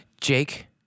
Jake